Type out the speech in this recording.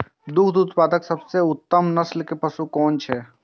दुग्ध उत्पादक सबसे उत्तम नस्ल के पशु कुन छै?